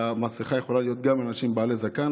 והמסכה יכולה להיות גם לאנשים בעלי זקן.